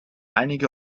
einige